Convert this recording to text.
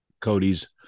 Cody's